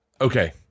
Okay